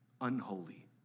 unholy